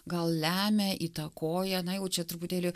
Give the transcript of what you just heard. gal lemia įtakoja na jau čia truputėlį